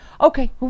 Okay